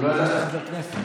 אולי הוא לא ידע שאתה חבר כנסת.